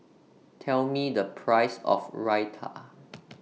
Tell Me The Price of Raita